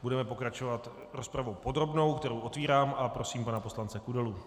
Budeme pokračovat rozpravou podrobnou, kterou otevírám, a prosím pana poslance Kudelu.